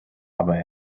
aber